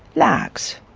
larks,